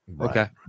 Okay